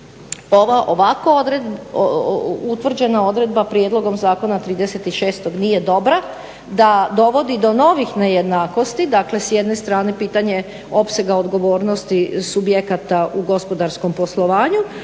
ovakva utvrđena odredba prijedlogom zakona 36. nije dobra da dovodi do novih nejednakosti, dakle, s jedne strane pitanje opsega odgovornosti subjekata u gospodarskom poslovanju.